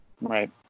Right